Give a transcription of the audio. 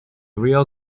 real